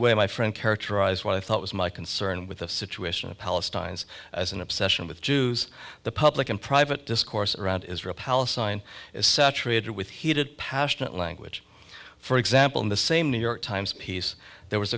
way my friend characterize what i thought was my concern with the situation of palestine's as an obsession with jews the public and private discourse around israel palestine is saturated with heated passionate language for example in the same new york times piece there was